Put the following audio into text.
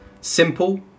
simple